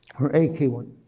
or a key one.